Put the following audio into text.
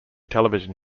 television